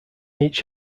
each